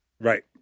Right